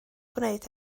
gwneud